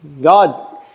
God